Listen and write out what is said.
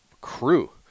crew